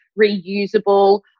reusable